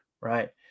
right